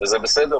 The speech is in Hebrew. וזה בסדר,